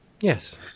Yes